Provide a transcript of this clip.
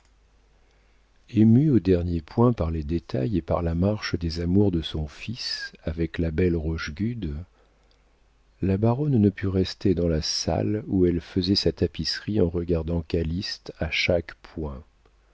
émue au dernier point par les détails et par la marche des amours de son fils avec la belle rochegude la baronne ne put rester dans la salle où elle faisait sa tapisserie en regardant calyste à chaque point